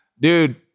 Dude